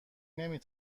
نمی